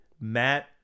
Matt